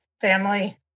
family